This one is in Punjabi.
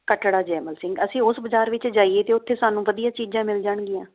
ਕਟੜਾ ਜੈਮਲ ਸਿੰਘ ਅਸੀਂ ਉਸ ਬਾਜ਼ਾਰ ਵਿੱਚ ਜਾਈਏ ਤਾਂ ਉੱਥੇ ਸਾਨੂੰ ਵਧੀਆ ਚੀਜ਼ਾਂ ਮਿਲ ਜਾਣਗੀਆਂ